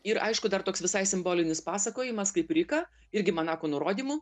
ir aišku dar toks visai simbolinis pasakojimas kaip rika irgi manako nurodymu